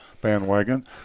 bandwagon